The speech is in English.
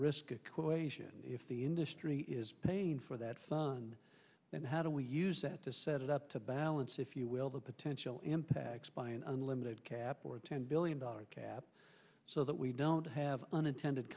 risk equation if the industry is paying for that sun and how do we use that to set it up to balance if you will the potential impacts by an unlimited cap or ten billion dollar cap so that we don't have unintended